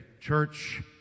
church